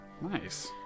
Nice